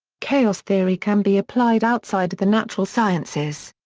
chaos theory can be applied outside of the natural sciences.